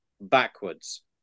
backwards